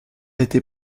été